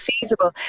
feasible